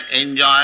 enjoy